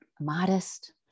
modest